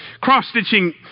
Cross-stitching